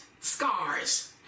scars